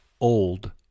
old